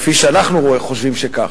כפי שאנחנו חושבים שכך,